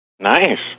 Nice